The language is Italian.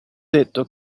detto